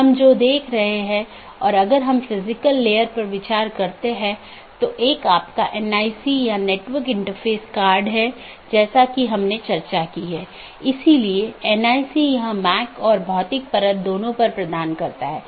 इसका मतलब है कि मार्ग इन कई AS द्वारा परिभाषित है जोकि AS की विशेषता सेट द्वारा परिभाषित किया जाता है और इस विशेषता मूल्यों का उपयोग दिए गए AS की नीति के आधार पर इष्टतम पथ खोजने के लिए किया जाता है